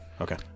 Okay